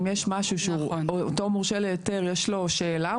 אם יש משהו שאותו מורשה להיתר יש לו שאלה,